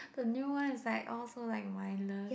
the new one is all so like mindless